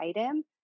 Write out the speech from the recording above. item